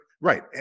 right